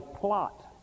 plot